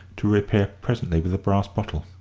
to reappear presently with the brass bottle.